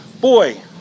Boy